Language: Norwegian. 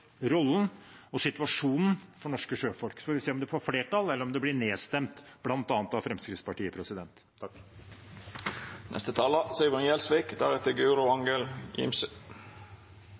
rollen og situasjonen for norske sjøfolk. Så får vi se om det får flertall, eller om det blir nedstemt, bl.a. av Fremskrittspartiet.